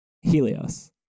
Helios